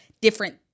different